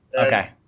Okay